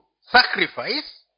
sacrifice